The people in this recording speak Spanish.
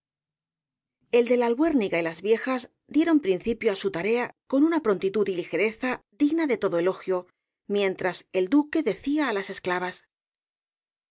el de la albuérniga y las viejas dieron principio á su tarea con una prontitud y ligereza digna de todo elogio mientras el duque decía á las esclavas